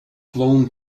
flown